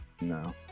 No